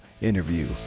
interview